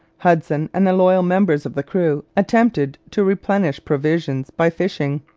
hudson and the loyal members of the crew attempted to replenish provisions by fishing.